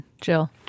Jill